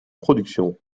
productions